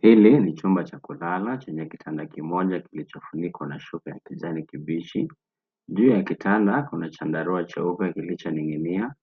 Hili ni chumba cha kulala chenye kitanda kimoja kilichofunikwa na shuka ya kijani kibichi. Juu ya kitanda kuna chandarua cheupe kilichoninginia